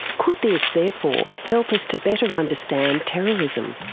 could this therefore help us to better understand terrorism?